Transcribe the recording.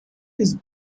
his